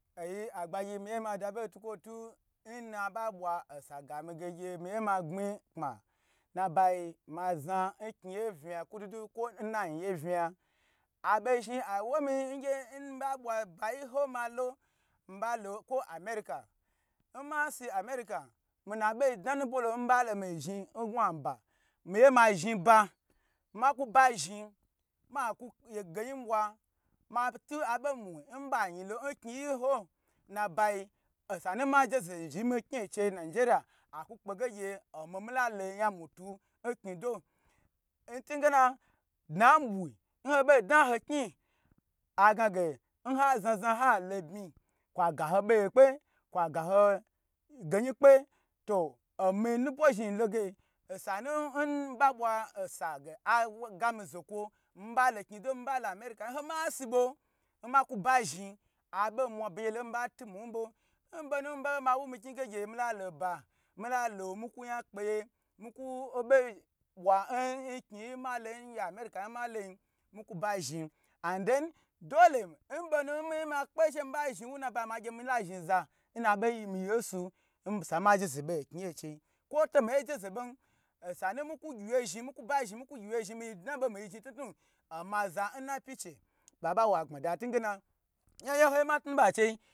Ayi agbagyi mi ye ma da bo ntukwo tu nna a ba bwa osa ga mi ge miye ma gbmi kpa nba yi ma zna omi kni ye vna kudu du kwo na yin ye vna abo zhi awo mi ngyi n mi ba bwa bayi ho ma lo, mi ba lo kwo america n ma si america mina bo dna nubwo lo n mi ba lo mi zhni n gwa ba miye ma zhi ba nmakuba zhi maku ge yi bwa ma tu abo mwi nba yi lo n kni giho nba yi nba je ze zhi mi kni cheyi nigeriya aku kpe ge gye omi mi la lo yan mutu nkni do nti ngena dna nbu nho bo dna ho kni ah gna ge nha zna zna ha yo bmi kwa ga ho boye kpe, kwa ga ho go yin kpe to omi nubwo zhi lo ge osanu n ba bwa sa ge aga mi zokwo mba lo kni do nm ba lo america n ma si bo nmaku ba zhin abo mwa be gye lo n mi ba tumu nbo nbo nbo nu mi ba be mawu mi kni ge mi la lo ba mila lo mikwu yan kpe ye miku obo bwa nkni yi ma lon ngye america nma lo yin mi ku ba zhin and then dole n bo nu ma kpe she mi ba zhi nwu ma gye mila zhin za n nabo yi miyo nsu nsa ma je ze be okni ye chei kwo to mi je ze ben osanu mi ku gyi wye zhin mi ku ba zhin mi ku gyi wye zhin mi dna bo mi zhin knu knu oma za na pyi che ba wo agbmada yaho ga ho yi mi tnu ba chei